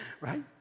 right